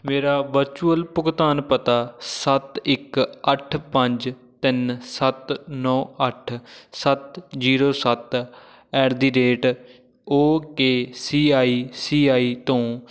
ਮੇਰਾ ਵਰਚੁੱਅਲ ਭੁਗਤਾਨ ਪਤਾ ਸੱਤ ਇੱਕ ਅੱਠ ਪੰਜ ਤਿੰਨ ਸੱਤ ਨੌਂ ਅੱਠ ਸੱਤ ਜ਼ੀਰੋ ਸੱਤ at the rate O K C I C I ਤੋਂ